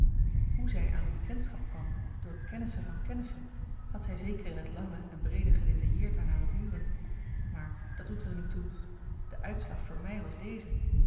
hoe zij aan de bekendschap kwam door kennissen van kennissen had zij zeker in het lange en breede gedetailleerd aan hare buren maar dat doet er niet toe de uitslag voor mij was deze